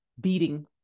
beating